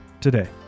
today